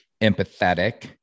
empathetic